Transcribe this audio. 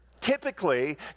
typically